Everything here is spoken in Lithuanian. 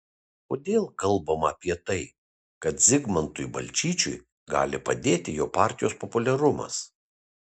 kodėl kalbama apie tai kad zigmantui balčyčiui gali padėti jo partijos populiarumas